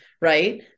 right